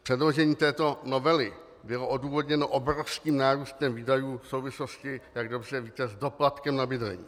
Předložení této novely bylo odůvodněno obrovským nárůstem výdajů v souvislosti, jak dobře víte, s doplatkem na bydlení.